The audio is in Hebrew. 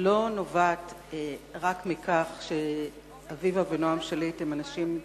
לא נובעות רק מכך שאביבה ונועם שליט הם אנשים עדינים,